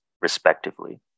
respectively